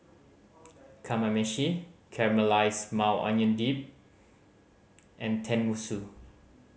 Kamameshi Caramelized Maui Onion Dip and Tenmusu